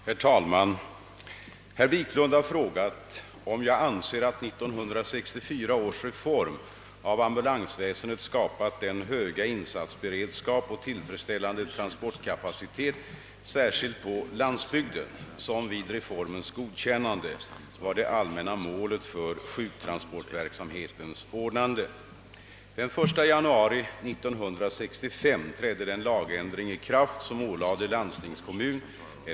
Herr talman! Herr Wiklund i Stockholm har frågat om jag anser att 1964 års reform av ambulansväsendet skapat den »höga insatsberedskap» och »tillfredsställande transportkapacitet» särskilt på landsbygden, som vid reformens godkännande var det allmänna målet för sjuktransportverksamhetens ordnande.